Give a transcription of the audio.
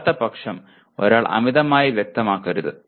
അല്ലാത്തപക്ഷം ഒരാൾ അമിതമായി വ്യക്തമാക്കരുത്